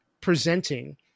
presenting